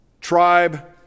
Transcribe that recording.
tribe